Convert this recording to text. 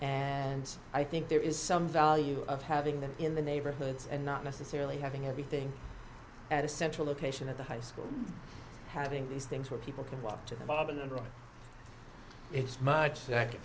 and i think there is some value of having them in the neighborhoods and not necessarily having everything at a central location at the high school having these things where people can walk up to the job and run it's much s